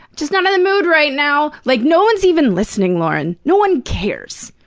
just not in the mood right now! like, no one's even listening, lauren. no one cares.